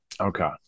Okay